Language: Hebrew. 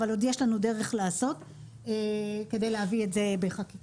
אבל יש לנו עוד דרך לעשות כדי להביא את זה בחקיקה.